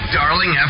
darling